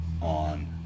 on